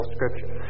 Scripture